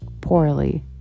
poorly